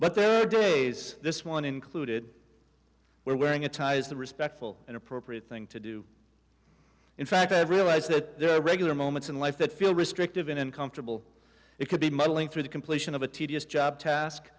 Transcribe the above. but there are days this one included where wearing a tie is the respectful and appropriate thing to do in fact i have realized that there are regular moments in life that feel restrictive in uncomfortable it could be muddling through the completion of a tedious job task